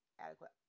adequate